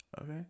Okay